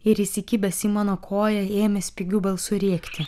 ir įsikibęs į mano koją ėmė spigiu balsu rėkti